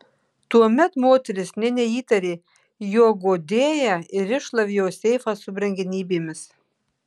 tuomet moteris nė neįtarė jog guodėja ir iššlavė jos seifą su brangenybėmis